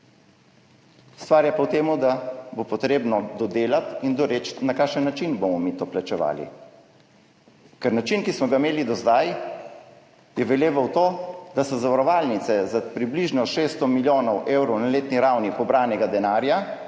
Stvar je pa v tem, da bo potrebno dodelati in doreči, na kakšen način bomo mi to plačevali. Ker način, ki smo ga imeli do zdaj, je veleval to, da so si zavarovalnice za približno 600 milijonov evrov na letni ravni pobranega denarja